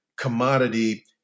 commodity